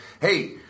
Hey